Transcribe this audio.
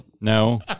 No